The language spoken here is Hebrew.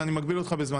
אבל אני מגביל אותך בזמן.